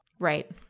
Right